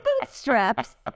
bootstraps